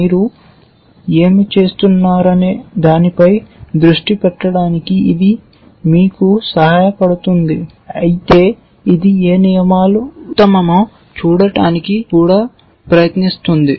మీరు ఏమి చేస్తున్నారనే దానిపై దృష్టి పెట్టడానికి ఇది మీకు సహాయపడుతుంది అయితే ఇది ఏ నియమాలు ఉత్తమమో చూడటానికి కూడా ప్రయత్నిస్తుంది